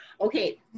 Okay